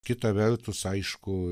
kita vertus aišku